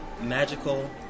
magical